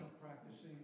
Practicing